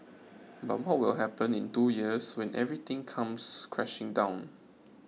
but what will happen in two years when everything comes crashing down